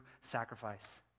sacrifice